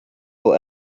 will